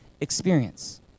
experience